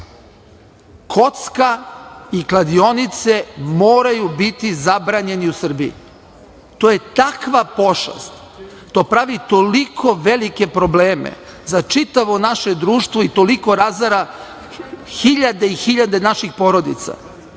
Kocka i kladionice moraju biti zabranjeni u Srbiji. To je takva pošast, to pravi toliko velike probleme za čitavo naše društvo i toliko razara hiljade i hiljade naših porodica